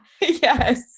Yes